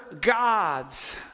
gods